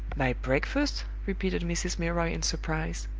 my breakfast? repeated mrs. milroy, in surprise.